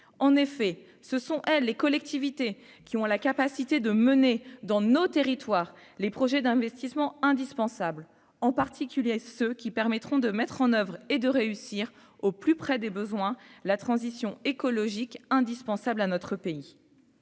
en effet, ce sont les collectivités qui ont la capacité de mener dans nos territoires, les projets d'investissements indispensable, en particulier ceux qui permettront de mettre en oeuvre et de réussir au plus près des besoins la transition écologique indispensable à notre pays,